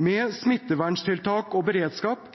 Med smitteverntiltak og beredskap